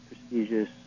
prestigious